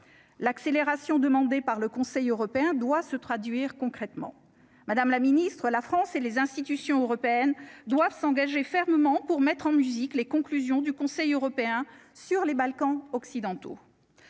L'accélération, demandé par le Conseil européen doit se traduire concrètement, Madame la Ministre, la France et les institutions européennes doivent s'engager fermement pour mettre en musique les conclusions du Conseil européen sur les Balkans occidentaux